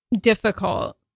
difficult